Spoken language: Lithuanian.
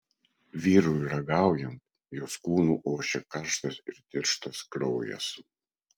vyrui ragaujant jos kūnu ošė karštas ir tirštas kraujas